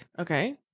Okay